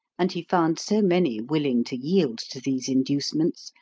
and he found so many willing to yield to these inducements,